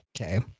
Okay